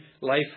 life